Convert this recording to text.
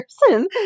person